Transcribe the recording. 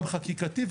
גם חקיקתי,